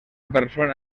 persona